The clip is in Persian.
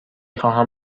خواهم